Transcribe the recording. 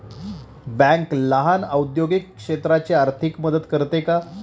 Bank लहान औद्योगिक क्षेत्राची आर्थिक मदत करते का?